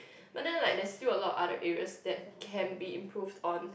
but then like there's still a lot of other areas that can be improved on